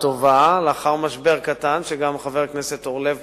לאחר משבר קטן פורסם נוהל התמיכות בשעה טובה,